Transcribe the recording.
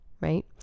right